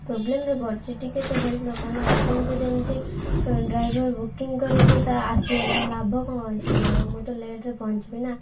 ପ୍ରୋବଲେମ୍ରେ ପଡ଼ିଛି ଟିକେ ତ ହେଲ୍ପ ଦରକାର ନା ଆପଣଙ୍କୁ ଯଦି ଏମିତି ଡ୍ରାଇଭର ବୁକିଂ କରିକି ତ ଆସିବେନି ଲାଭ କ'ଣ ଅଛି ମୋର ମୁଁ ତ ଲେଟ୍ରେ ପହଞ୍ଚିବି ନା